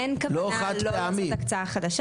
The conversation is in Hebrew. אין כוונה לא לעשות הקצאה חדשה.